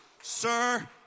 Sir